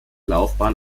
laufbahn